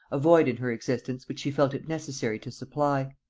a void in her existence which she felt it necessary to supply.